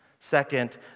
Second